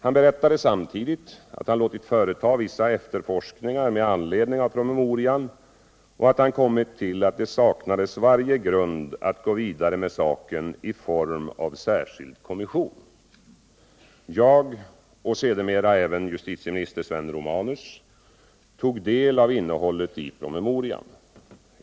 Han berättade samtidigt att han låtit företa vissa efterforskningar med anledning av promemorian och att han kommit fram till azt det saknades varje grund att gå vidare med saken i form av särskild kommission. Jag — och sedermera även justitieminister Sven Romanus — tog del av innehållet i promemorian.